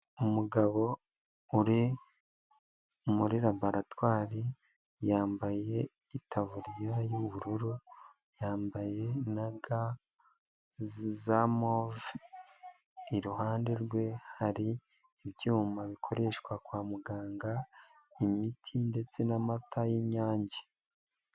Umugabo uri muri laboratwari yambaye itafuriya y'ubururu, yambaye na ga za move, iruhande rwe hari ibyuma bikoreshwa kwa muganga, imiti ndetse n'amata y'inyange.